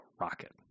rocket